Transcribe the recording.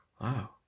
wow